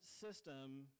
system